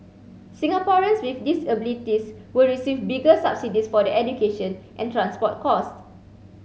Singaporeans with disabilities will receive bigger subsidies for their education and transport cost